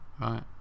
Right